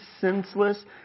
senseless